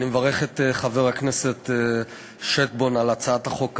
אני מברך את חבר הכנסת שטבון על הצעת החוק הראויה.